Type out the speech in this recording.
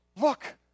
Look